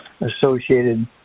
associated